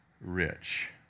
rich